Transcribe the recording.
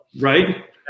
Right